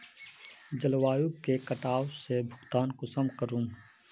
जलवायु के कटाव से भुगतान कुंसम करूम?